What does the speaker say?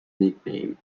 nickname